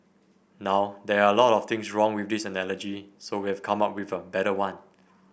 now there are a lot of things wrong with this analogy so we've come up with a better one